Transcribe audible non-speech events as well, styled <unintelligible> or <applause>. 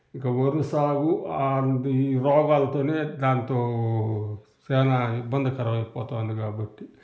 ఇంక వరిసాగు <unintelligible> రోగాలతోనే దాంతో చానా ఇబ్బందికరమైపోతా ఉంది కాబట్టి